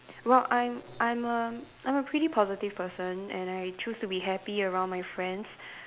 well I'm I'm a I'm a pretty positive person and I choose to be happy around my friends